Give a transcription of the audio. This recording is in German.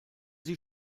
sie